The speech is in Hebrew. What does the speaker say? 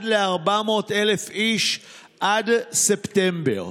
עד ל-400,000 איש עד ספטמבר.